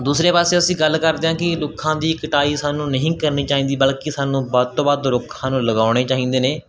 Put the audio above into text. ਦੂਸਰੇ ਪਾਸੇ ਅਸੀਂ ਗੱਲ ਕਰਦੇ ਹਾਂ ਕਿ ਰੁੱਖਾਂ ਦੀ ਕਟਾਈ ਸਾਨੂੰ ਨਹੀਂ ਕਰਨੀ ਚਾਹੀਦੀ ਬਲਕਿ ਸਾਨੂੰ ਵੱਧ ਤੋਂ ਵੱਧ ਰੁੱਖਾਂ ਨੂੰ ਲਗਾਉਣੇ ਚਾਹੀਦੇ ਨੇ